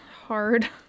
hard